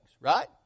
right